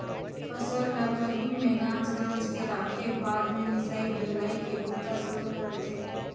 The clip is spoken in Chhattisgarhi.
फसल ल खरही में गांज गांज के राखेब बाद में मिसाई ठेलाई के बूता सुरू करथे